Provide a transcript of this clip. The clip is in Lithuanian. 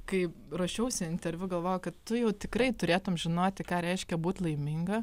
kai ruošiausi interviu galvojau kad tu jau tikrai turėtum žinoti ką reiškia būt laiminga